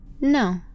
No